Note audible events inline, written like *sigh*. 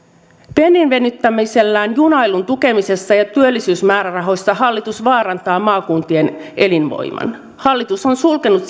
pennin venyttämisellään junailun tukemisessa ja työllisyysmäärärahoissa hallitus vaarantaa maakuntien elinvoiman hallitus on sulkenut *unintelligible*